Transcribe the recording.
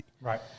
Right